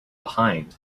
behind